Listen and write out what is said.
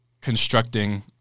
constructing